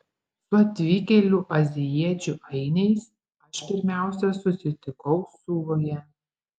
su atvykėlių azijiečių ainiais aš pirmiausia susitikau suvoje